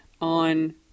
on